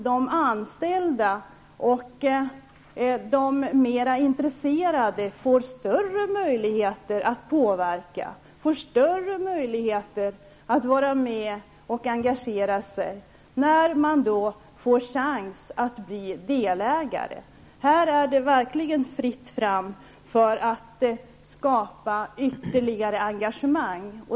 De anställda och de mer intresserade får större möjligheter att påverka, att engagera sig, när de får chans att bli delägare. Här är det verkligen fritt fram för att skapa ytterligare engagemang.